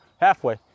Halfway